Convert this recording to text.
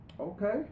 Okay